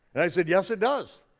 and i said yes it does.